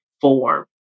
form